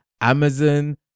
amazon